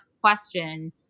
question